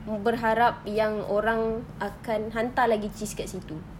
berharap yang orang akan hantar lagi cheese dekat situ